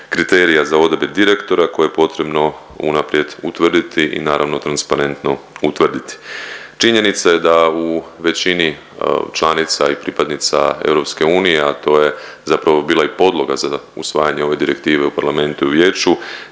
za odredbe direktora koje je potrebno unaprijed utvrditi i naravno transparentno utvrditi. Činjenica je da u većini članica i pripadnica EU, a to je zapravo bila i podloga za usvajanje ove direktive u Parlamentu i Vijeću